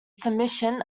submission